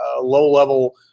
low-level